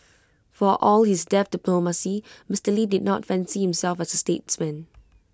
for all his deft diplomacy Mister lee did not fancy himself as A statesman